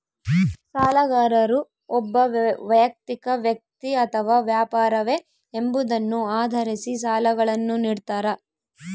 ಸಾಲಗಾರರು ಒಬ್ಬ ವೈಯಕ್ತಿಕ ವ್ಯಕ್ತಿ ಅಥವಾ ವ್ಯಾಪಾರವೇ ಎಂಬುದನ್ನು ಆಧರಿಸಿ ಸಾಲಗಳನ್ನುನಿಡ್ತಾರ